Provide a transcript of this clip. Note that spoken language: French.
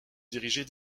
diriger